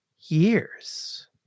years—